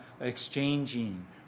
exchanging